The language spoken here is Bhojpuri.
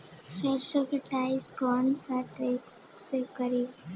सरसों के कटाई कौन सा ट्रैक्टर से करी?